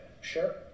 Sure